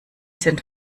sind